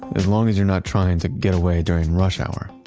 as long as you're not trying to get away during rush hour.